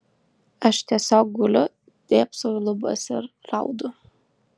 aš tiesiog guliu dėbsau į lubas ir raudu